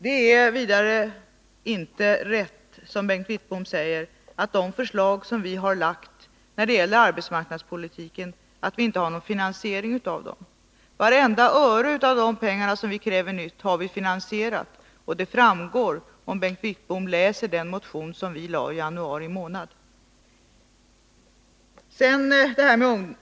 Det är vidare inte riktigt, som Bengt Wittbom säger, att vi inte föreslår någon finansiering av de förslag som vi har framlagt när det gäller arbetsmarknadspolitiken. Vartenda öre av de nya pengar som vi kräver har vi finansierat. Det kan Bengt Wittbom se om han läser den motion vi väckte i januari månad.